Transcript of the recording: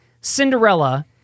Cinderella